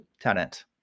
tenant